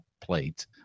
plate